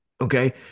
Okay